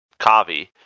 Kavi